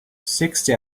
sixty